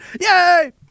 Yay